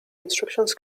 instructions